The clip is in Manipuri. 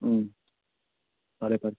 ꯎꯝ ꯐꯔꯦ ꯐꯔꯦ